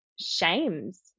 shames